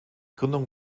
gründung